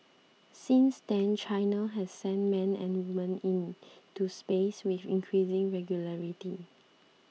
since then China has sent men and women into space with increasing regularity